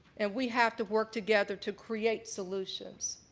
and we have to work together to create solutions.